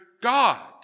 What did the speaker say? God